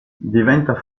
diventa